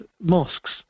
mosques